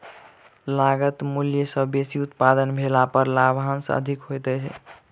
लागत मूल्य सॅ बेसी उत्पादन भेला पर लाभांश अधिक होइत छै